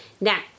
Now